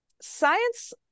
science